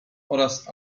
oraz